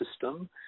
system